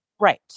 Right